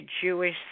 Jewish